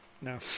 No